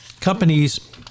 companies